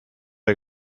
der